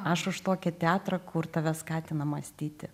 aš už tokį teatrą kur tave skatina mąstyti